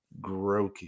grokey